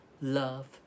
love